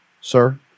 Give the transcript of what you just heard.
sir